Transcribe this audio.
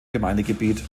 gemeindegebiet